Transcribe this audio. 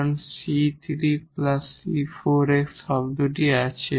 কারণ 𝑐3 𝑐4𝑥 টার্মটি আছে